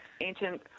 ancient